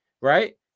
right